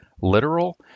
Literal